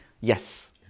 Yes